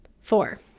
Four